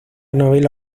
novela